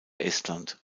estland